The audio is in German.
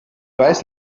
weiß